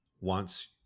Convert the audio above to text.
wants